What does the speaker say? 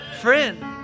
friend